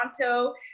Toronto